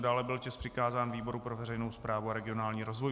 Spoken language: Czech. Dále byl tisk přikázán výboru pro veřejnou správu a regionální rozvoj.